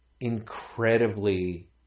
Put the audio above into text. incredibly